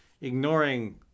ignoring